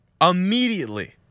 Immediately